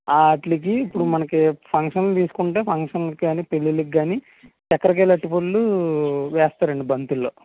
వాటికి ఇప్పుడు మనకి ఫంక్షన్లు తీసుకుంటే ఫంక్షన్లకి కానీ పెళ్ళిళ్ళకి కానీ చక్కెరకేళి అరటిపళ్ళు వేస్తారండి బంతుల్లో